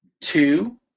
two